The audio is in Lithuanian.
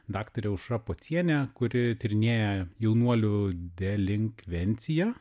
daktarė aušra pocienė kuri tyrinėja jaunuolių delinkvenciją